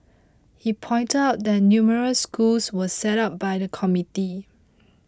he pointed out that numerous schools were set up by the community